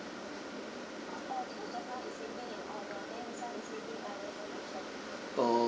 oh